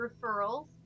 referrals